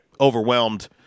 overwhelmed